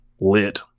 Lit